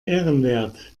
ehrenwert